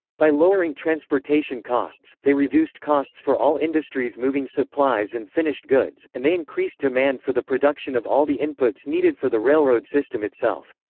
by lowering transportation costs, they reduced costs for all industries moving supplies and finished goods, and they increased demand for the production of all the inputs needed for the railroad system itself.